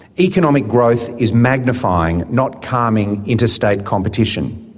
economic growth is magnifying, not calming, interstate competition.